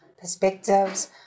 perspectives